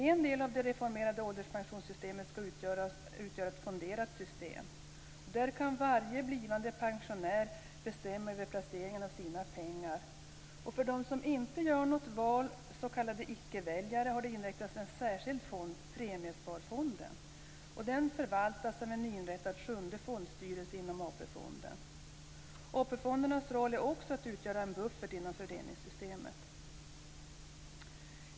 En del av det reformerade ålderspensionssystemet ska utgöra ett fonderat system. Där kan varje blivande pensionär bestämma över placeringen av sina pengar. För dem som inte gör något val, s.k. icke-väljare, har det inrättats en särskild fond, premiesparfonden. Den förvaltas av en nyinrättad sjunde fondstyrelse inom AP fonden. AP-fondernas roll är också att utgöra en buffert inom fördelningssystemet.